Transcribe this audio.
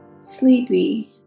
sleepy